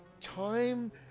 time